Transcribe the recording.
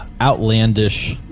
outlandish